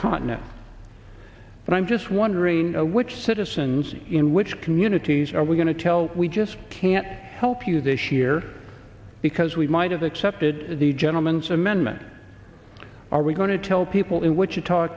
continent and i'm just wondering which citizens in which communities are we going to tell we just can't help you this year because we might have accepted the gentlemens amendment are we going to tell people in wichita